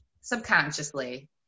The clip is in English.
subconsciously